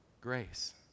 Grace